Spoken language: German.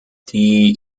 die